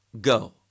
go